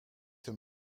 hem